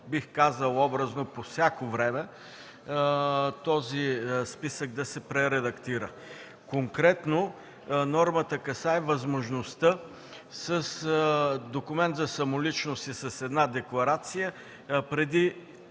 бих казал, по всяко време този списък да се прередактира. Конкретно – нормата касае възможността с документ за самоличност и с една декларация преди